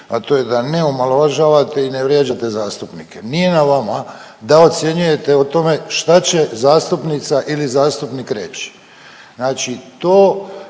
a to je da ne omalovažavate i ne vrijeđate zastupnike. Nije na vama da ocjenjujete o tome šta će zastupnica ili zastupnik reći. Znači to